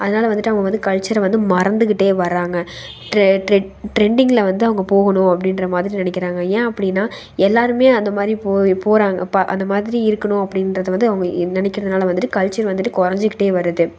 அதனால வந்துவிட்டு அவங்க வந்து கல்ச்சரை வந்து மறந்துக்கிட்டே வராங்க ட்ரெண்டிங்கில் வந்து அவங்க போகணும் அப்படின்ற மாதிரி நினைக்கிறாங்க ஏன் அப்படின்னா எல்லோருமே அந்த மாதிரி போய் போகிறாங்க அந்த மாதிரி இருக்கணும் அப்படின்றது வந்து அவங்க நினைக்கிறதுனால வந்துவிட்டு கல்ச்சர் வந்துவிட்டு கொறைஞ்சிக்கிட்டே வருது